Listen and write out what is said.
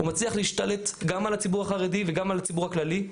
הוא מצליח להשתלט גם על הציבור החרדי וגם על הציבור הכללי,